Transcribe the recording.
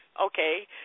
Okay